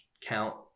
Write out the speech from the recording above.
count